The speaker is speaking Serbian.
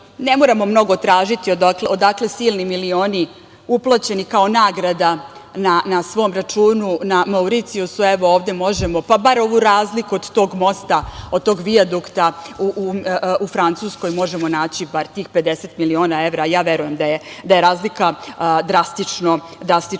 ne moramo mnogo tražiti odakle silni milioni uplaćeni kao nagrada na svom računu na Mauricijusu evo ovde možemo, pa bar ovu razliku od tog mosta, od tog vijadukta u Francuskoj, možemo naći bar tih 50 miliona evra, ja verujem da je razlika drastično